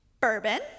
Bourbon